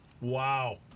Wow